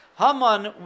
Haman